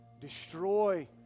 Destroy